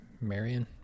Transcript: Marion